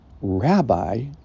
Rabbi